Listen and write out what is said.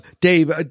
Dave